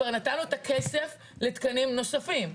כבר נתנו את הכסף לתקנים נוספים.